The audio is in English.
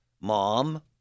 Mom